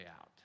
out